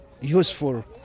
useful